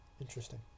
interesting